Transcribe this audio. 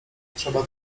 trzeba